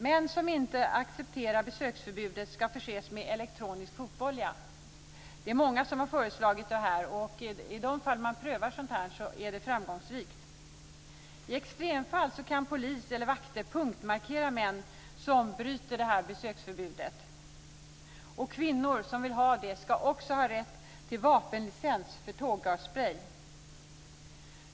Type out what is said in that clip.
Män som inte accepterar besöksförbudet ska förses med elektronisk fotboja. Det är många som föreslagit det. I de fall man prövar sådant här är det framgångsrikt. I extremfall kan polis eller vakter punktmarkera män som bryter mot besöksförbudet. Kvinnor som så vill ska ha rätt till vapenlicens för tårgassprej.